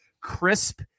crisp